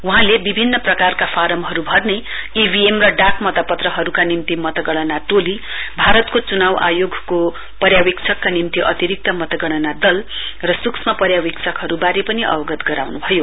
वहाँले विभिन्न प्रकारका फारमहरू भर्नेइभिएम र डाकमतपत्रहरूका निम्ति मतगणना टोली भारतको चुनाउ आयोगको पर्यावेक्षकका निम्ति अतिरिक्त मतगणना दल र सूक्ष्म पर्यावेक्षकहरूबारे पनि अवगत गराउनुभयो